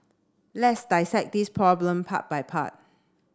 let's dissect this problem part by part